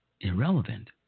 irrelevant